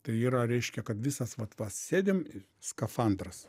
tai yra reiškia kad visas vat va sėdim skafandras